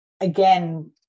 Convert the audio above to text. again